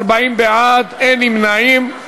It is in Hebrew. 40 בעד, אין נמנעים.